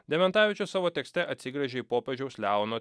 dementavičius savo tekste atsigręžė į popiežiaus leono